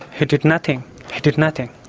he did nothing, he did nothing.